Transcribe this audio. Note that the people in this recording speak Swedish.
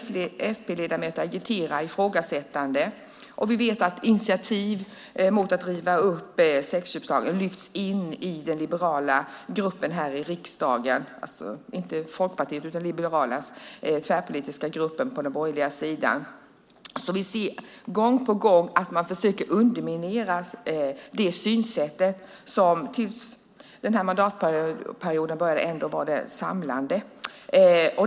Fp-ledamöter agiterar ifrågasättande, och vi vet att initiativ till att riva upp sexköpslagen lyfts in på den borgerliga sidan i den liberala tvärpolitiska gruppen här i riksdagen. Vi ser alltså gång på gång hur man försöker underminera det synsätt som fram till denna mandatperiod var det samlade.